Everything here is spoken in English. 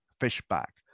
Fishback